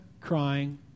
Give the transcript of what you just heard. crying